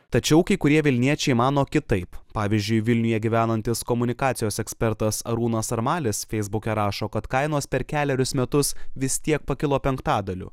tačiau kai kurie vilniečiai mano kitaip pavyzdžiui vilniuje gyvenantis komunikacijos ekspertas arūnas armalis feisbuke rašo kad kainos per kelerius metus vis tiek pakilo penktadaliu